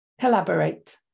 Collaborate